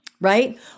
right